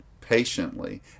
patiently